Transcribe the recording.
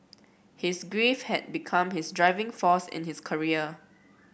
his grief had become his driving force in his career